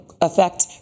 affect